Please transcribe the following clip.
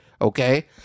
Okay